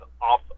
off